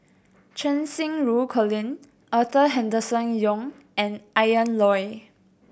Cheng Xinru Colin Arthur Henderson Young and Ian Loy